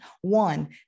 One